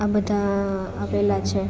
આ બધા આપેલા છે